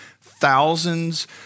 thousands